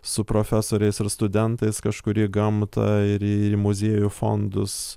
su profesoriais ir studentais kažkur į gamtą ir į muziejų fondus